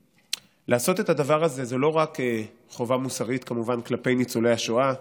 לעשות את הדבר הזה זה לא רק חובה מוסרית כלפי ניצולי השואה,